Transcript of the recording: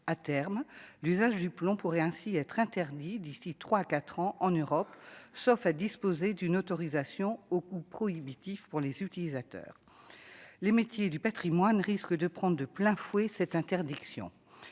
à terme, l'usage du plomb pourrait ainsi être interdit d'ici 3 4 ans en Europe sauf à disposer d'une autorisation au coût prohibitif pour les utilisateurs, les métiers du Patrimoine risque de prendre de plein fouet cette interdiction